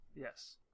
Yes